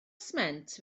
sment